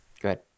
good